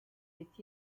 est